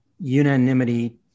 unanimity